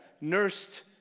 nursed